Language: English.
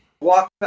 Walk